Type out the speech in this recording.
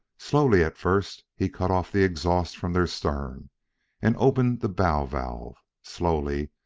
slowly at first he cut off the exhaust from their stern and opened the bow valve. slowly,